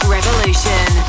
Revolution